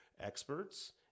experts